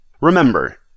Remember